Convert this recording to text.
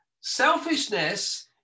Selfishness